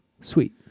Sweet